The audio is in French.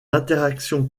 interactions